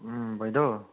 उम बायद'